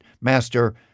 master